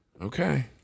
okay